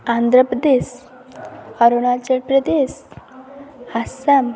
Andhra Pradesh Arunachal Pradesh Assam